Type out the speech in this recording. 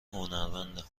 هنرمندم